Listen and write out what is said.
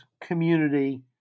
community